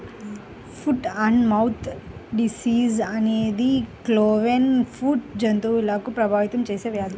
foot and mouth disease అనేది cloven foot జంతువులను ప్రభావితం చేసే వ్యాధి